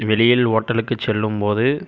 வெளியில் ஓட்டலுக்கு செல்லும்போது